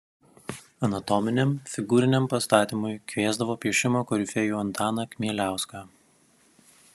anatominiam figūriniam pastatymui kviesdavo piešimo korifėjų antaną kmieliauską